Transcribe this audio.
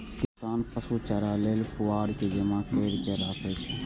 किसान पशु चारा लेल पुआर के जमा कैर के राखै छै